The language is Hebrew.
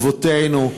אבותינו,